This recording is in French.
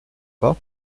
pas